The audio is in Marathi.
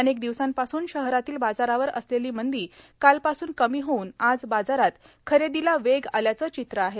अनेक दिवसांपासून शहरातील बाजारावर असलेली मंदी कालपासून कमी होऊन आज बाजारात खरेदीला वेग आल्याचं चित्र आहे